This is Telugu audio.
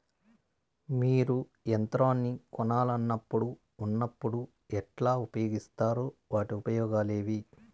మీరు యంత్రాన్ని కొనాలన్నప్పుడు ఉన్నప్పుడు ఎట్లా ఉపయోగిస్తారు వాటి ఉపయోగాలు ఏవి?